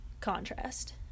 contrast